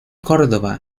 córdoba